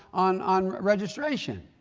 on, on registration.